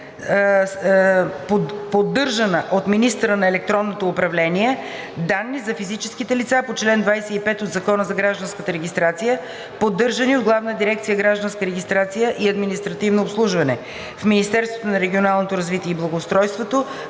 поддържана от министъра на електронното управление, данни за физическите лица по чл. 25 от Закона за гражданската регистрация, поддържани от Главна дирекция „Гражданска регистрация и административно обслужване“ в Министерството на регионалното развитие и благоустройството,